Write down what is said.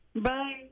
Bye